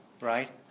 right